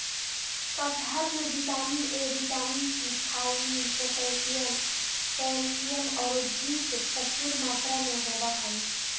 कटहल में vitamin A, vitamin C, thiamine, potassium, calcium औरो जिंक प्रचुर मात्रा में होबा हइ